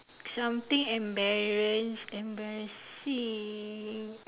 something embarrass embarrassing